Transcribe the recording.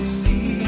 see